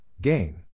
gain